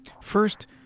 First